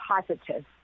positive